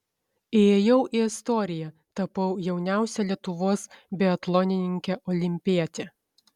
įėjau į istoriją tapau jauniausia lietuvos biatlonininke olimpiete